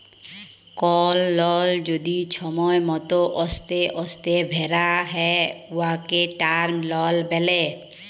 call লল যদি ছময় মত অস্তে অস্তে ভ্যরা হ্যয় উয়াকে টার্ম লল ব্যলে